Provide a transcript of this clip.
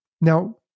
now